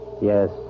Yes